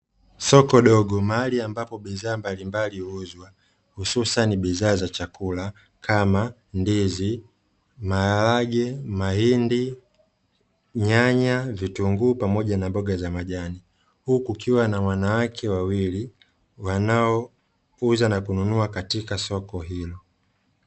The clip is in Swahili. Soko dogo mahali ambapo bidhaa mbalimbali huuzwa hususani bidhaa za chakula kama: ndizi, maharage, mahindi, nyanya, vitunguu, pamoja na mboga za majani; huku kukiwa na wanawake wawili, wanaouza na kununua katika soko hilo.